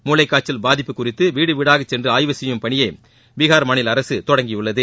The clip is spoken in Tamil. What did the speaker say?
மூளை காய்ச்சல் பாதிப்பு குறித்து வீடு வீடாக சென்று ஆய்வு செய்யும் பணியை அம்மாநில அரசு தொடங்கியுள்ளது